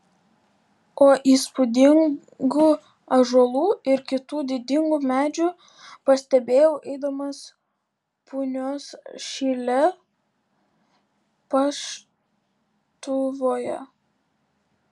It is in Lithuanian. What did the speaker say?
o įspūdingų ąžuolų ir kitų didingų medžių pastebėjau eidamas punios šile paštuvoje